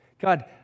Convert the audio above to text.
God